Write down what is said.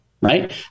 right